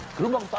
grandma's